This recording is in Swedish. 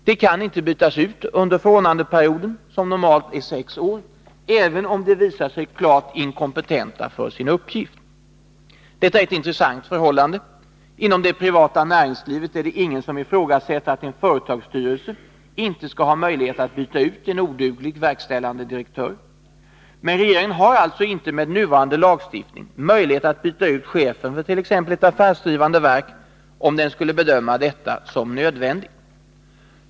De kan inte bytas ut under förordnandeperioden — som normalt är sex år — även om de visar sig klart inkompetenta för sin uppgift. Detta är ett intressant förhållande. Inom det privata näringslivet är det ingen som ifrågasätter att en företagsstyrelse inte skall ha möjligheter att byta ut en oduglig verkställande direktör. Men regeringen har alltså inte med nuvarande lagstiftning möjlighet att byta ut chefen för t.ex. ett affärsdrivande verk, om den skulle bedöma detta som nödvändigt.